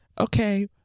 Okay